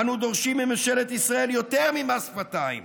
אנו דורשים מממשלת ישראל יותר ממס שפתיים.